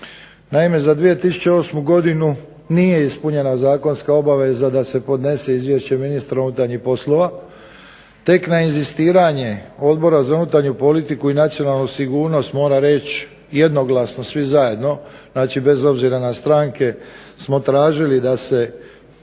Naime, za 2008. godinu nije ispunjena zakonska obveza da se podnese izvješće ministra unutarnjih poslova, tek na inzistiranje Odbora za unutarnju politiku i nacionalnu sigurnost mora reći jednoglasno svi zajedno, znači bez obzira na stranke smo tražili da se